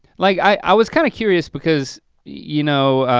like i was kinda curious because you know,